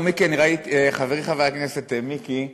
חברי חבר הכנסת מיקי לוי,